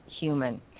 Human